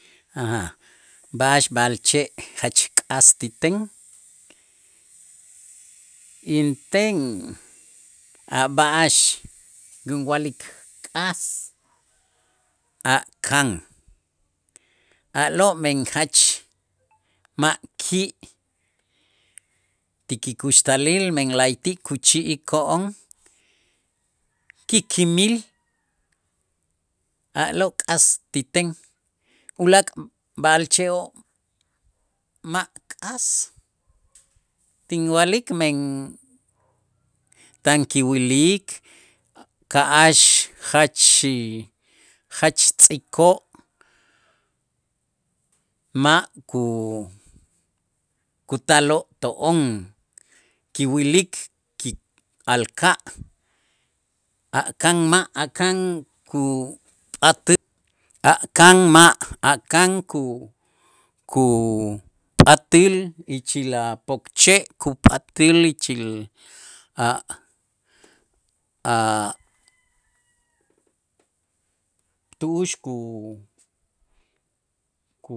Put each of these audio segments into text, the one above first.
B'a'ax b'a'alche' jach k'as ti ten, inten a' b'a'ax kinwa'lik k'as a' kan, a'lo' men jach ma' ki' tikikuxtalil men la'ayti' kuchi'iko'on kikimil a'lo' k'as ti ten, ulaak' b'a'alche'oo' ma' k'as tinwa'lik men tan kiwilik ka'ax jach jach tz'iikoo' ma' ku- kutaloo' to'on kiwilik ki'alka' a' kan ma' a' kan kupa a' kan ma' a' kan ku- kupat'äl ichil a' pokche', kupat'äl ichil a' a' tu'ux ku- ku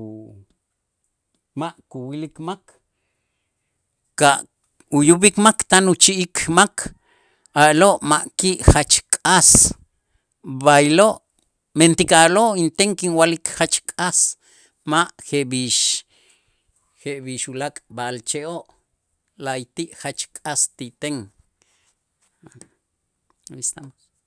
ma' kuwilik mak ka' uyub'ik mak tan uchi'ik mak a'lo' ma' ki' jach k'as, b'aylo' mentik a'lo' inten kinwa'lik jach k'as, ma' jeb'ix jeb'ix ulaak' b'a'alche'oo' la'ayti' jach k'as ti ten. allí estamos